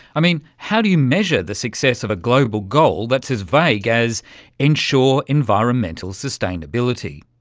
i mean, how do you measure the success of a global goal that's as vague as ensure environmental sustainability?